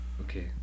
Okay